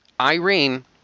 Irene